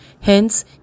Hence